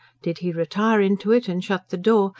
did he retire into it and shut the door,